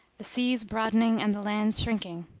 the seas broadening and the land shrinking.